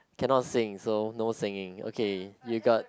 cannot sing so no singing okay you got